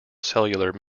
cellular